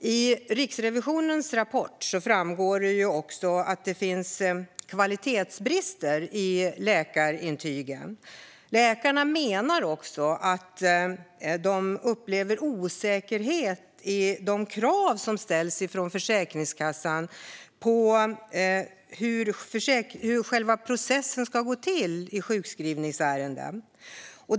I Riksrevisionens rapport framgår det också att det finns kvalitetsbrister i läkarintygen. Läkarna menar att de upplever osäkerhet i de krav som ställs från Försäkringskassan på hur själva processen ska gå till i sjukskrivningsärenden.